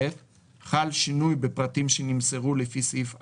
חל שינוי בפרטים שנמסרו לפי סעיף 4(ג),